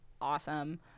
awesome